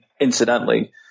incidentally